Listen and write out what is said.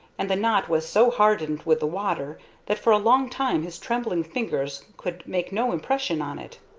and the knot was so hardened with the water that for a long time his trembling fingers could make no impression on it.